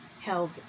held